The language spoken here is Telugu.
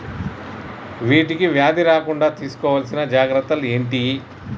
వీటికి వ్యాధి రాకుండా తీసుకోవాల్సిన జాగ్రత్తలు ఏంటియి?